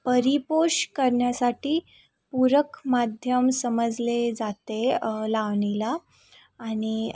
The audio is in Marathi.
परिपोष करण्यासाठी पूरक माध्यम समजले जाते लावणीला आणि